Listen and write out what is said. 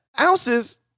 ounces